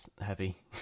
heavy